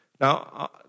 Now